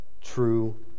true